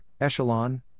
Echelon